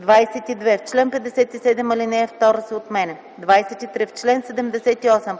22. В чл. 57 ал. 2 се отменя. 23. В чл. 78: